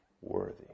Worthy